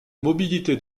mobilité